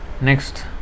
Next